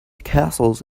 castles